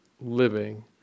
living